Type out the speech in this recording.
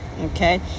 Okay